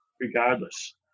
regardless